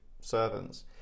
servants